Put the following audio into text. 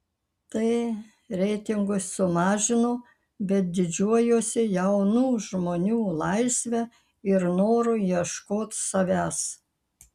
tai reitingus sumažino bet didžiuojuosi jaunų žmonių laisve ir noru ieškot savęs